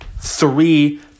three